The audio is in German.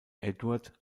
eduard